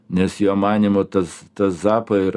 nes jo manymu tas tas zapa ir